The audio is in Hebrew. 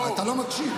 אתה לא מקשיב.